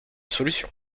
solution